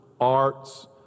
arts